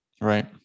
right